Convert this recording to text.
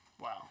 Wow